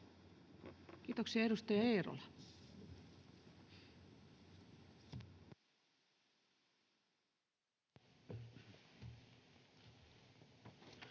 Kiitoksia. — Edustaja Eerola. Arvoisa